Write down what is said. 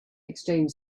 exchanged